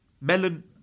Melon